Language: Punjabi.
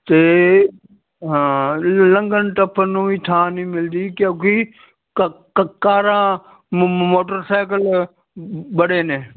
ਅਤੇ ਲੰਘਣ ਟੱਪਣ ਨੂੰ ਹੀ ਥਾਂ ਨਹੀਂ ਮਿਲਦੀ ਕਿਉਂਕਿ ਕਾਰਾਂ ਮੋਟਰਸਾਈਕਲ ਬੜੇ ਨੇ